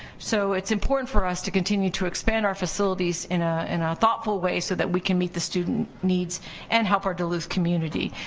so it's important for us to continue to expand our facilities in ah a ah thoughtful way so that we can meet the student needs and help our duluth community.